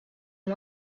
and